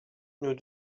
nous